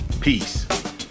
peace